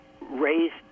raised